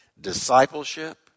discipleship